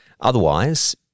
Otherwise